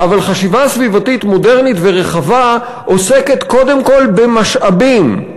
אבל חשיבה סביבתית מודרנית ורחבה עוסקת קודם כול במשאבים,